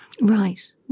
Right